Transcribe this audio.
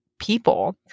people